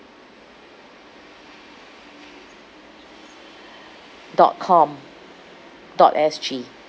dot com dot S G